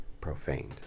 profaned